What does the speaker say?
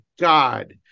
God